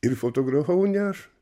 ir fotografavau ne aš